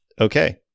Okay